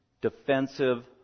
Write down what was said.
defensive